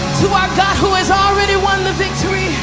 to our god who has already won the victory